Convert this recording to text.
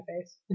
face